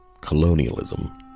colonialism